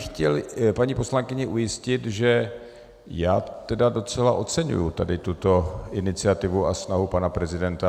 Chtěl bych paní poslankyni ujistit, že já tedy docela oceňuji tady tuto iniciativu a snahu pana prezidenta.